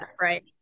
right